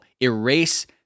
erase